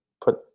Put